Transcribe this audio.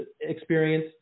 experience